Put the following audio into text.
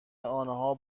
آنها